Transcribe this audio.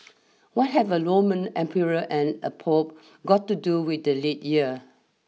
what have a Roman emperor and a Pope got to do with the leap year